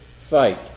fight